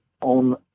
on